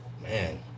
man